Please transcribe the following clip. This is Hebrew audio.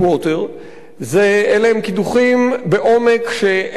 אלה הם קידוחים בעומק שאין ידע מספיק,